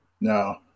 no